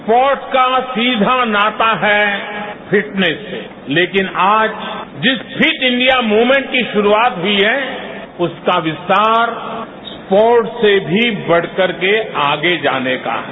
sports का सीधा नाता है फिटनेस से लेकिन आज जिस फिट इंडिया मूवमेंट की शुरूआत हुई है उसका विस्तार स्पोर्ट्स से भी बढ़कर आगे जाने का है